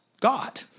God